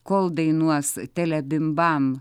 kol dainuos telebimbam